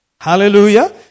Hallelujah